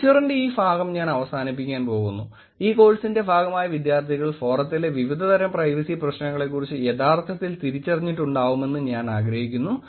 ലെക്ചറിന്റെ ഈ ഭാഗം ഞാൻ അവസാനിപ്പിക്കാൻ പോകുന്നു ഈ കോഴ്സിന്റെ ഭാഗമായ വിദ്യാർഥികൾ ഫോറത്തിലെ വിവിധ തരം പ്രൈവസി പ്രശ്നങ്ങളെക്കുറിച്ച് യഥാർത്ഥത്തിൽ തിരിച്ചറിഞ്ഞി ട്ടുണ്ടാവുമെന്ന് ഞാൻ ആഗ്രഹിക്കുന്നു